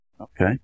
Okay